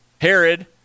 Herod